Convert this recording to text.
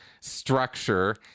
structure